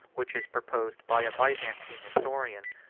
which is proposed by a byzantine historian.